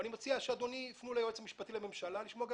אני מציע שאדוני יפנה ליועץ המשפטי לממשלה לשמוע גם